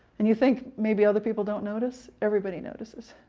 and you think maybe other people don't notice everybody notices